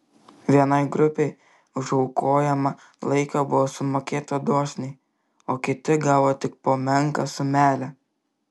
vienai grupei už aukojamą laiką buvo sumokėta dosniai o kiti gavo tik po menką sumelę